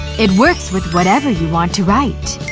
it works with whatever you want to write.